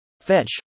fetch